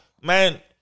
Man